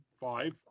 Five